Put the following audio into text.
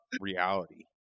reality